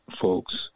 folks